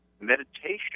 meditation